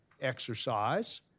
exercise